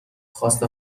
خواست